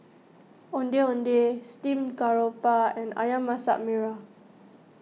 Ondeh Ondeh Steamed Garoupa and Ayam Masak Merah